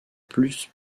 plus